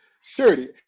security